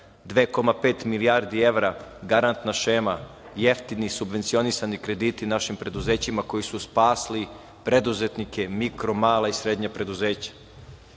2,5 milijardi evra garantna šema jeftinih subvencionisanih krediti našim preduzećima koji su spasli preduzetnike mikro, mala i srednja preduzeća. Mi